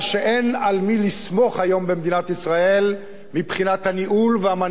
על מי לסמוך היום במדינת ישראל מבחינת הניהול והמנהיגות.